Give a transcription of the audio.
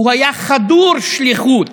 הוא היה חדור שליחות